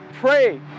pray